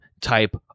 type